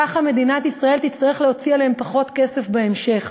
כך מדינת ישראל תצטרך להוציא עליהם פחות כסף בהמשך.